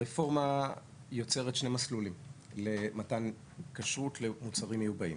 הרפורמה יוצרת שני מסלולים למתן כשרות למוצרים מיובאים.